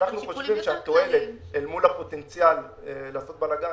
אנחנו חושבים שהתועלת אל מול הפוטנציאל לעשות בלגן,